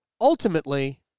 Ultimately